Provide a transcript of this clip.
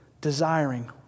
desiring